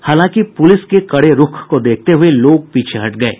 हालांकि पुलिस के कड़े रूख को देखते हुये लोग पीछे हट गये